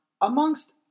Amongst